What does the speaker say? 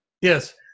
Yes